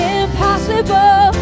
impossible